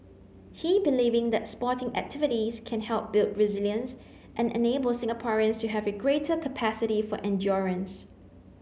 he believing that sporting activities can help build resilience and enable Singaporeans to have a greater capacity for endurance